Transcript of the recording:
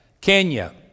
Kenya